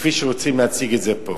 כפי שרוצים להציג את זה פה.